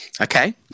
Okay